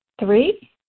three